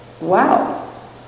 wow